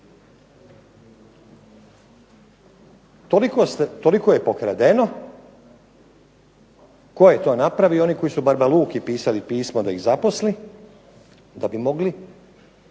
Toliko je pokradeno, tko je to napravio, oni koji su barba Luki pisali pismo da ih zaposli da bi mogli